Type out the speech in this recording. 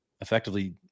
effectively